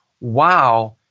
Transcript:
wow